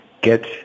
get